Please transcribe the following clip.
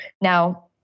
Now